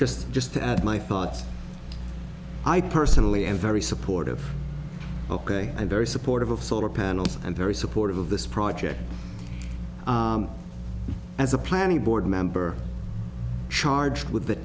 just just to add my thoughts i personally am very supportive ok i'm very supportive of solar panels and very supportive of this project as a planning board member charged with the